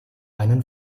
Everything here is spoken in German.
einen